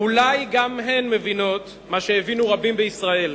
אולי גם הן מבינות מה שהבינו רבים בישראל,